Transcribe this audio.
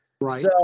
Right